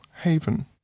haven